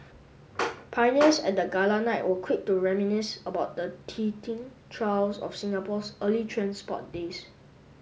pioneers at the gala night were quick to reminisce about the teething trials of Singapore's early transport days